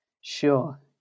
Sure